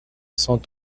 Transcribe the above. cent